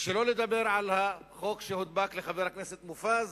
שלא לדבר על החוק שהודבק לחבר הכנסת מופז